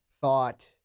thought